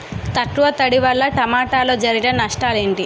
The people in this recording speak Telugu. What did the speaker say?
తక్కువ తడి వల్ల టమోటాలో జరిగే నష్టాలేంటి?